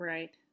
Right